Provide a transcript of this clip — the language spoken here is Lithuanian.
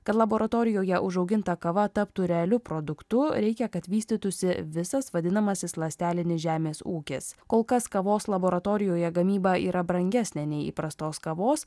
kad laboratorijoje užauginta kava taptų realiu produktu reikia kad vystytųsi visas vadinamasis ląstelinis žemės ūkis kol kas kavos laboratorijoje gamyba yra brangesnė nei įprastos kavos